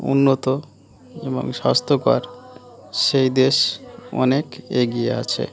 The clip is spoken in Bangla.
উন্নত এবং স্বাস্থ্যকর সেই দেশ অনেক এগিয়ে আছে